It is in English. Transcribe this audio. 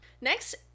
Next